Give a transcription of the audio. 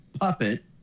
puppet